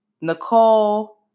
Nicole